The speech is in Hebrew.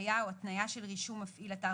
התלייה או התניה של רישום מפעיל אתר